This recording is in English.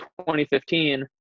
2015